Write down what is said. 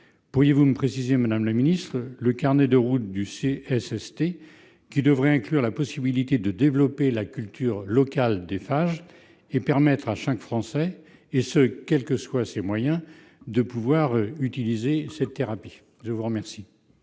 Pourriez-vous me préciser, madame la secrétaire d'État, le carnet de route du CSST, qui devrait inclure la possibilité de développer la culture locale des phages et permettre à chaque Français, et ce quels que soient ses moyens, d'utiliser cette thérapie ? La parole